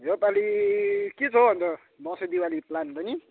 योपालि के छ हौ अन्त दसैँ दिवाली प्लान बहिनी